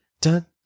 dun